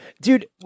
Dude